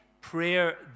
Prayer